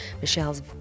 Michelle's